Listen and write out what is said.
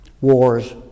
Wars